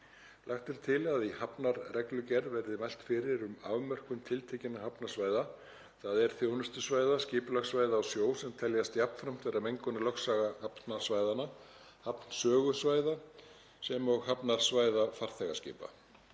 Lagt er til að í hafnarreglugerð verði mælt fyrir um afmörkun tiltekinna hafnarsvæða, þ.e. þjónustusvæða, skipulagssvæða á sjó sem teljast jafnframt vera mengunarlögsaga hafnarsvæðanna, hafnsögusvæða sem og hafnarsvæða farþegaskipa.